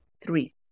Three